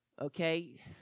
okay